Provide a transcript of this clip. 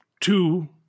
two